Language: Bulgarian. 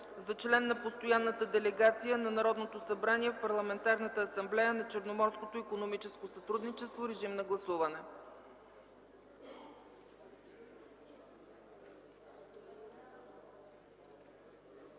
за член на Постоянната делегация на Народното събрание в Парламентарната асамблея на Черноморското икономическо сътрудничество.” Моля, гласувайте